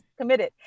committed